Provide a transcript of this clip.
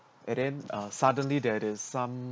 and then uh suddenly there is some